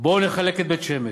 בואו נחלק את בית-שמש,